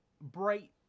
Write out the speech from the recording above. bright